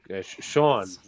Sean